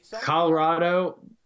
Colorado